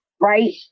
right